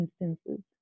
instances